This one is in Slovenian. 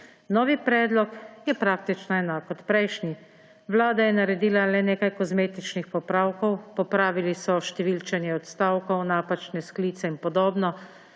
Novi predlog je praktično enak kot prejšnji. Vlada je naredila le nekaj kozmetičnih popravkov, popravili so številčenje odstavkov, napačne sklice in podobno,